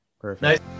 perfect